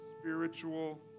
spiritual